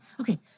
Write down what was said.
Okay